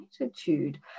attitude